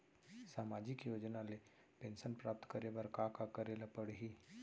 सामाजिक योजना ले पेंशन प्राप्त करे बर का का करे ल पड़ही?